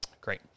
great